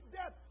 death